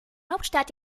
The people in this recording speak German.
hauptstadt